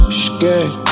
scared